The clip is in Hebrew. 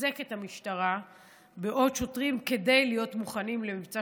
לחזק את המשטרה בעוד שוטרים כדי להיות מוכנים למבצע